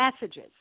messages